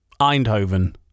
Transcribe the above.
Eindhoven